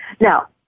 Now